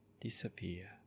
disappear